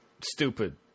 stupid